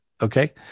Okay